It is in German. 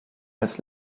als